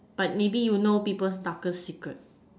but maybe you know people's darkest secret